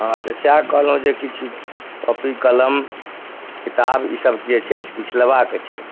हँ तऽ सएह कहलहुँ जे किछु कॉपी कलम किताब ई सब जे छै से किछु लेबाक छै